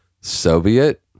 Soviet